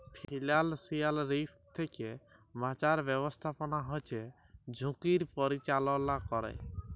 financial risk থ্যাকে বাঁচার ব্যাবস্থাপনা হচ্যে ঝুঁকির পরিচাললা ক্যরে